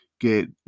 get